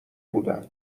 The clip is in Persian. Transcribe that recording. بودم